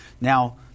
Now